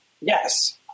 Yes